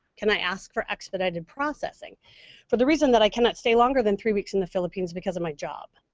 can i ask for expedited processing for the reason that i cannot stay longer than three weeks in the philippines because of my job?